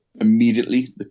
immediately